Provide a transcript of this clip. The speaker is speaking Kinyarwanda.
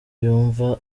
yumva